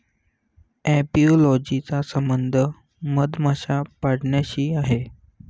apiology चा संबंध मधमाशा पाळण्याशी आहे